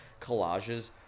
collages